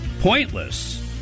pointless